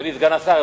אדוני סגן השר,